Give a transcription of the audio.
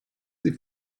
sie